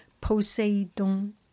Poseidon